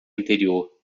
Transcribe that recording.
anterior